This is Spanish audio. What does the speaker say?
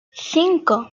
cinco